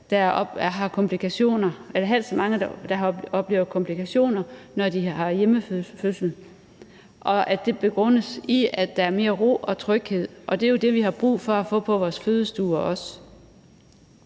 at kun halvt så mange oplever komplikationer, når de har hjemmefødsel, og det begrundes med, at der er mere ro og tryghed, og det er jo det, vi har brug for også at få på vores fødestuer.